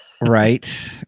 Right